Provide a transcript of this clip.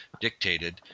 dictated